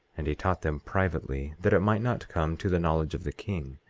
and he taught them privately, that it might not come to the knowledge of the king.